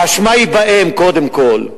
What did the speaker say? האשמה היא בהם, קודם כול.